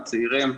הצעירים,